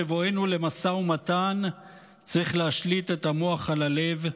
בבואנו למשא ומתן צריך להשליט את המוח על הלב,